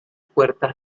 puertas